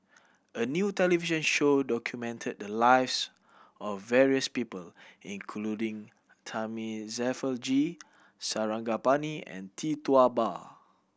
a new television show documented the lives of various people including Thamizhavel G Sarangapani and Tee Tua Ba